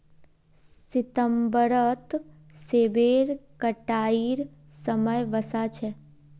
सितंबरत सेबेर कटाईर समय वसा छेक